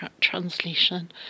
translation